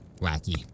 Lackey